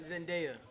Zendaya